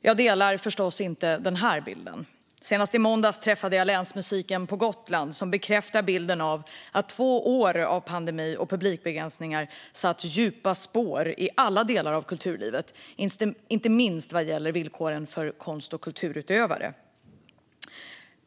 Jag delar förstås inte den bilden. Senast i måndags träffade jag länsmusiken på Gotland, som bekräftade bilden att två år av pandemi och publikbegränsningar har satt djupa spår i alla delar av kulturlivet, inte minst vad gäller villkoren för konst och kulturskapare.